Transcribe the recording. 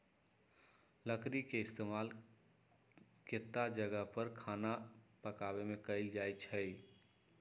लकरी के इस्तेमाल केतता जगह पर खाना पकावे मे कएल जाई छई